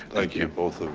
like you, both of